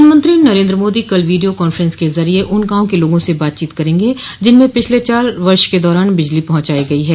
प्रधानमंत्री नरेंद्र मोदी कल video conference के जरिए उन गांव के लोगों से बातचीत करेंगे जिनमें पिछले चार वर्ष के दौरान बिजली पहुंचाई गई है